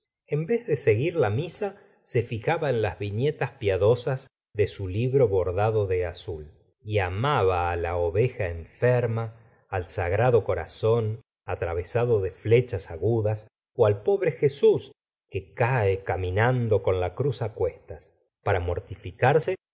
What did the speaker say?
en vez de seguir la misa se fijaba en las'viñetas piadosas de su libro bordado de azul y amaba la oveja enferma al sagrado corazón atravesado de flechas agudas al pobre jesús que cae caminando con la cruz cuestas para mortificarse